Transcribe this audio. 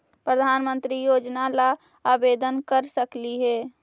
प्रधानमंत्री योजना ला आवेदन कर सकली हे?